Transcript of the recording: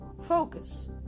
focus